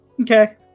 Okay